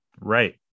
Right